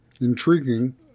intriguing